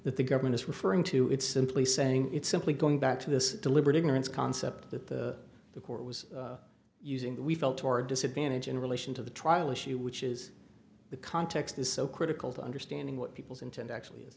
that the government is referring to it's simply saying it's simply going back to this deliberate ignorance concept that the court was using that we felt or disadvantage in relation to the trial issue which is the context is so critical to understanding what people's intent actually i